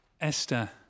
Esther